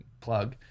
Plug